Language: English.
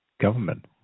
government